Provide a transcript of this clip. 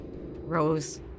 Rose